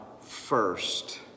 first